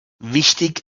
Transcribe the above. wichtig